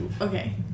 Okay